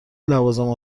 لوازم